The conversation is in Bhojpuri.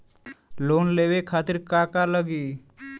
लोन लेवे खातीर का का लगी?